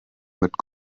mit